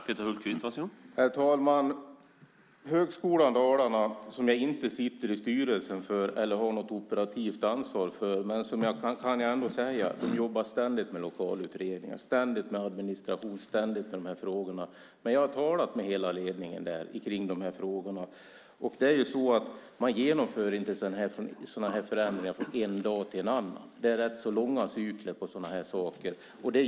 Herr talman! Jag sitter inte i styrelsen för Högskolan Dalarna och jag har inte något operativt ansvar för den, men jag kan ändå säga att de ständigt jobbar med lokalutredningar, administration och de här frågorna. Jag har talat med hela ledningen om de här frågorna. Man genomför inte sådana här förändringar från en dag till en annan. Det är ganska långa cykler för sådant här.